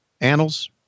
annals